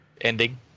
Ending